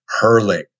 hurling